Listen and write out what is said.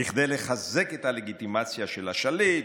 כדי לחזק את הלגיטימציה של השליט,